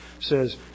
says